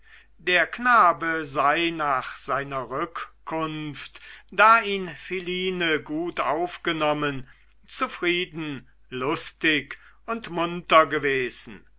der knabe sei nach seiner rückkunft da ihn philine gut aufgenommen zufrieden lustig und munter gewesen